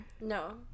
no